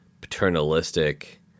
paternalistic